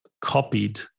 copied